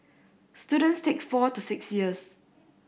students take four to six years